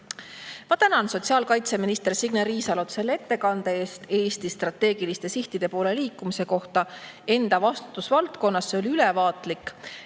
Ma tänan sotsiaalkaitseminister Signe Riisalot ettekande eest Eesti strateegiliste sihtide poole liikumise kohta enda vastutusvaldkonnas. See oli ülevaatlik.